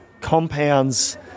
compounds